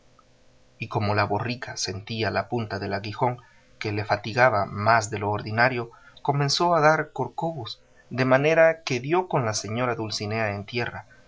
y como la borrica sentía la punta del aguijón que le fatigaba más de lo ordinario comenzó a dar corcovos de manera que dio con la señora dulcinea en tierra